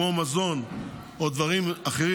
כמו מזון או דברים אחרים,